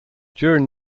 during